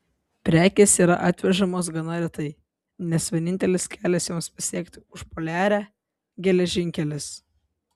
prekės yra atvežamos gana retai nes vienintelis kelias joms pasiekti užpoliarę geležinkelis